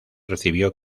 recibió